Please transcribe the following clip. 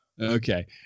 Okay